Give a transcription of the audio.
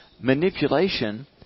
manipulation